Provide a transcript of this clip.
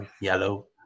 yellow